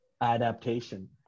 adaptation